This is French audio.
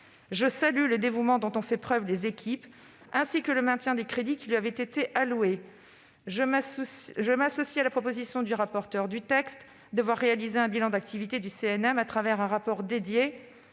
Je salue le dévouement dont ont fait preuve les équipes, ainsi que le maintien des crédits qui lui avaient été alloués. Je m'associe à la proposition du rapporteur spécial de voir réaliser un bilan d'activité du CNM, dans un rapport dédié,